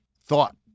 thought